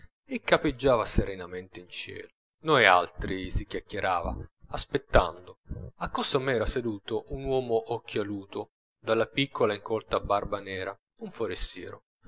e campeggiava serenamente in cielo noi altri si chiacchierava aspettando accosto a me era seduto un uomo occhialuto dalla piccola e incolta barba nera un forestiero